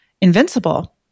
invincible